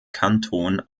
kanton